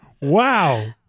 Wow